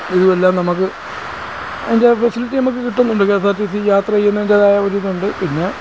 ഇതും എല്ലാം നമുക്ക് അതിൻ്റെ ഫെസിലിറ്റി നമുക്ക് കിട്ടുന്നുണ്ട് K S R T C യാത്ര ചെയ്യുന്നതിൻ്റെ ആ ഒരു ഇതുണ്ട് പിന്നെ